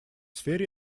сфере